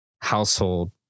household